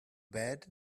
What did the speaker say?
bed